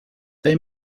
they